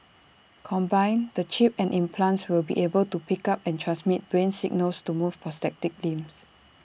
combined the chip and implants will be able to pick up and transmit brain signals to move prosthetic limbs